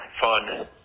fun